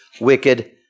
wicked